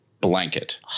blanket